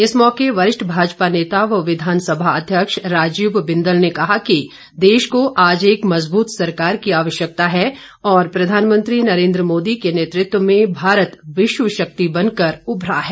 इस मौके वरिष्ठ भाजपा नेता व विधानसभा अध्यक्ष राजीव बिंदल ने कहा कि देश को आज एक मजबूत सरकार की आवश्यकता है और प्रधानमंत्री नरेन्द्र मोदी के नेतृत्व में भारत विश्व शक्ति बनकर उभरा है